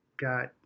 got